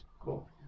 Cool